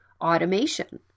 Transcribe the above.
automation